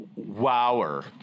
Wower